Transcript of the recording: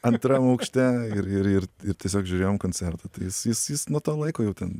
antram aukšte ir ir ir ir tiesiog žiūrėjom koncertą tais jis jis jis nuo to laiko jau ten